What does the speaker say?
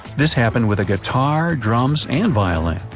this happened with a guitar, drums, and violin.